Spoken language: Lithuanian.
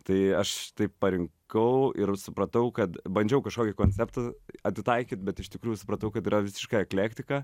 tai aš taip parinkau ir supratau kad bandžiau kažkokį konceptą atitaikyt bet iš tikrųjų supratau kad yra visiška eklektika